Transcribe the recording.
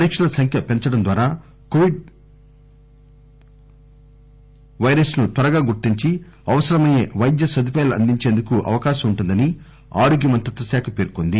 పరీక్షల సంఖ్య పెంచడం ద్వారా కోవిడ్ వైరస్ను త్వరగా గుర్తించి అవసరమయ్యే వైద్య సదుపాయాలు అందించేందుకు అవకాశం ఉంటుందని ఆరోగ్య మంత్రిత్వ శాఖ పేర్కొంది